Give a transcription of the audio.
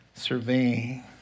surveying